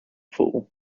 fall